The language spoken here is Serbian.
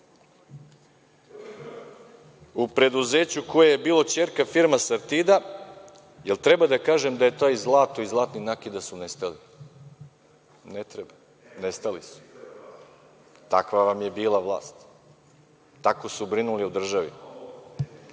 u preduzeću koje je bilo ćerka firma „Sartida“. Da li treba da kažem da je to zlato i zlatni nakit da su nestali. Ne treba, nestali su. Takva vam je bila vlast. Tako su brinuli o državi